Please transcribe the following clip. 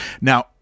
Now